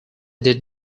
did